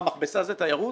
מכבסה היא תיירות?